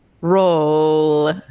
roll